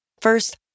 First